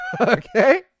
okay